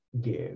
give